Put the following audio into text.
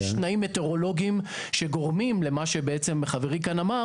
יש תנאים מטאורולוגיים שגורמים למה שחברי כאן אמר